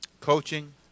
coaching